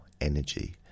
energy